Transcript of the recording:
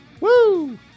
Woo